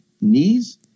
knees